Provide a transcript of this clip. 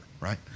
right